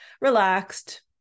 relaxed